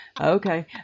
Okay